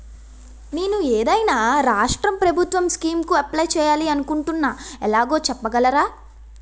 నేను ఏదైనా రాష్ట్రం ప్రభుత్వం స్కీం కు అప్లై చేయాలి అనుకుంటున్నా ఎలాగో చెప్పగలరా?